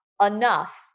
enough